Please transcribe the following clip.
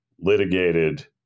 litigated